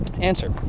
Answer